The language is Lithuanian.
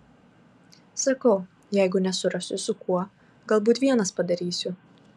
sakau jeigu nesurasiu su kuo galbūt vienas padarysiu